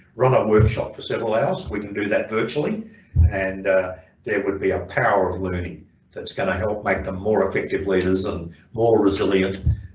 run a workshop for several hours we can do that virtually and there would be a power of learning that's going to help make them more effective leaders and more resilient,